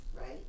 right